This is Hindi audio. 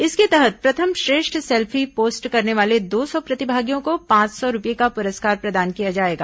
इसके तहत प्रथम श्रेष्ठ सेल्फी पोस्ट करने वाले दो सौ प्रतिभागियों को पांच सौ रूपये का पुरस्कार प्रदान किया जाएगा